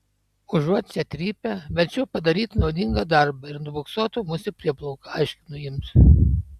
užuot čia trypę verčiau padarytų naudingą darbą ir nubuksuotų mus į prieplauką aiškinu jiems